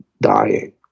dying